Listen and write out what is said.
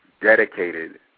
Dedicated